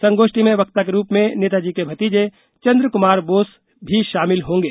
संगोष्ठी में वक्ता के रूप में नेताजी के भतीजे चंद्र कुमार बोस भी शामिल होंगे